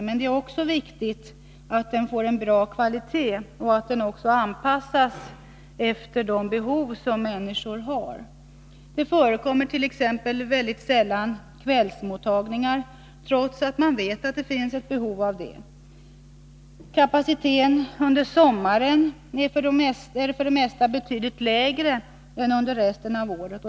Men det är också viktigt att den är av bra kvalitet och anpassas efter de behov människor har. Det förekommer t.ex. mycket sällan kvällsmottagningar, trots att man vet att det finns ett stort behov av detta. Kapaciteten under sommaren är för det mesta betydligt lägre än under resten av året.